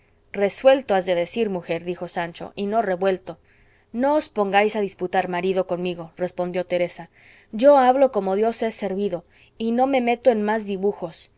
has de decir mujer dijo sancho y no revuelto no os pongáis a disputar marido conmigo respondió teresa yo hablo como dios es servido y no me meto en más dibujos